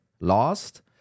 lost